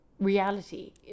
reality